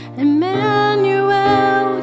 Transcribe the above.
Emmanuel